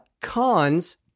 Cons